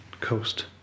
coast